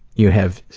you have,